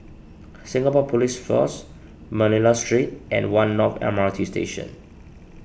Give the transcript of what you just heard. Singapore Police Force Manila Street and one North M R T Station